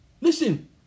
listen